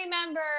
remember